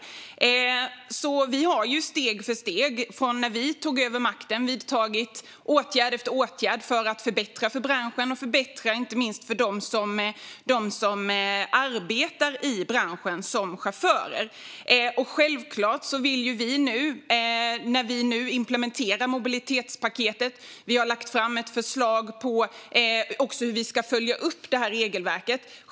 Från det att vi tog över makten har vi steg för steg vidtagit åtgärd efter åtgärd för att förbättra för branschen och inte minst för dem som arbetar i branschen som chaufförer. När vi nu implementerar mobilitetspaketet har vi lagt fram ett förslag på hur vi ska följa upp detta regelverk.